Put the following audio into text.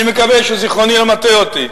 אני מקווה שזיכרוני אינו מטעה אותי,